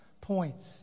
points